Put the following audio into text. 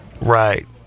Right